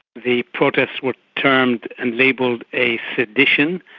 the protests were termed and labelled a sedition,